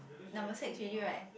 number six already right